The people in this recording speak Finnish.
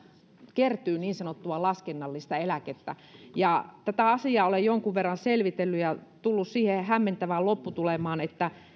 kertyy niin sanottua laskennallista eläkettä tätä asiaa olen jonkun verran selvitellyt ja tullut siihen hämmentävään lopputulemaan että